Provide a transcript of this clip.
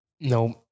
no